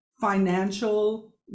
financial